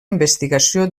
investigació